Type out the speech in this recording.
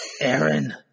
Aaron